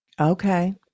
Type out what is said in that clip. Okay